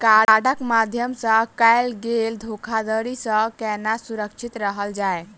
कार्डक माध्यम सँ कैल गेल धोखाधड़ी सँ केना सुरक्षित रहल जाए?